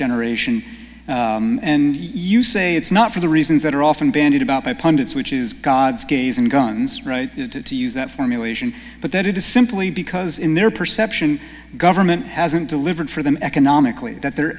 generation and you say it's not for the reasons that are often bandied about by pundits which is god's gaze and guns to use that formulation but that it is simply because in their perception government hasn't delivered for them economically that their